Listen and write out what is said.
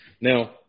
now